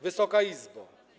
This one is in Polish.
Wysoka Izbo!